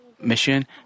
mission